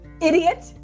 Idiot